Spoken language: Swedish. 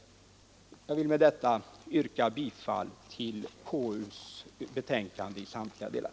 Jag vill med detta yrka bifall till konstitutionsutskottets betänkande i samtliga delar.